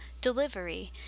delivery